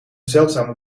zeldzame